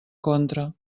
contra